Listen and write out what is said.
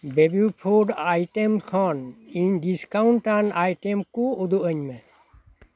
baby food item ᱠᱷᱚᱱ ᱤᱧ discount ᱟᱱ ᱟᱭᱴᱮᱢ ᱠᱩ ᱩᱫᱩᱜ ᱟᱹᱧ ᱢᱮ